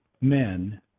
men